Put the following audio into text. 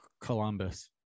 Columbus